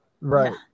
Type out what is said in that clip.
Right